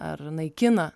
ar naikina